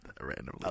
randomly